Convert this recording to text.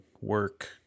work